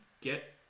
get